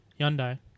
Hyundai